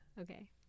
Okay